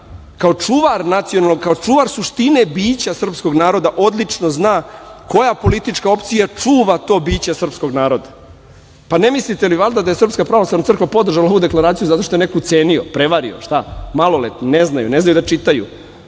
kao čuvar suština bića srpskog naroda odlično zna koja politička opcija čuva to biće srpskog naroda. Ne mislite li valjda da je SPC podržala ovu deklaraciju zato što je neko ucenio, prevario, šta, maloletni, ne znaju da čitaju?